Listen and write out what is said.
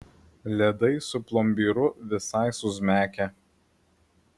ledai su plombyru visai suzmekę